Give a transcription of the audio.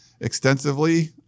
extensively